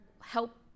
help